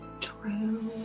True